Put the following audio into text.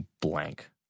blank